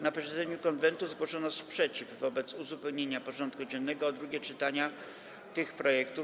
Na posiedzeniu Konwentu zgłoszono sprzeciw wobec uzupełnienia porządku dziennego o drugie czytania tych projektów.